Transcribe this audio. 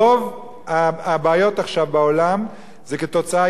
רוב הבעיות עכשיו בעולם הן תוצאה,